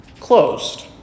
closed